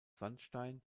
sandstein